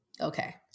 okay